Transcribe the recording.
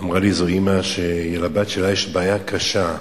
אמרה לי איזו אמא שלבת שלה יש בעיה קשה.